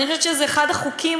אני חושבת שזה אחד החוקים,